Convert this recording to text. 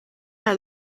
are